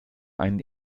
einen